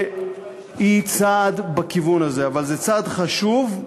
היא צעד בכיוון הזה, אבל זה צעד חשוב,